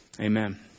Amen